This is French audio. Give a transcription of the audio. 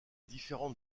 différentes